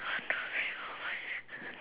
one two three four five six seven